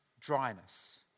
dryness